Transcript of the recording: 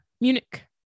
Munich